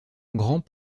grand